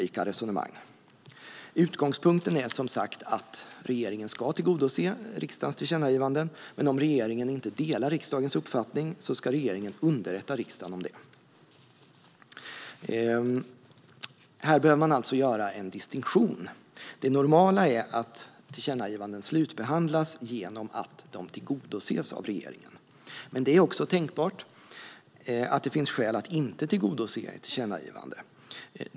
Utgångspunkten är som sagt att regeringen ska tillgodose riksdagens tillkännagivanden, men om regeringen inte delar riksdagens uppfattning ska regeringen underrätta riksdagen om detta. Här bör en distinktion göras. Det normala är att tillkännagivanden slutbehandlas genom att de tillgodoses av regeringen. Det är dock också tänkbart att det finns skäl att inte tillgodose ett tillkännagivande.